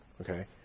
Okay